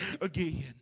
again